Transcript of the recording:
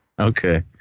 Okay